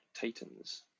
Titans